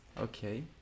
Okay